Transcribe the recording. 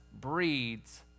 breeds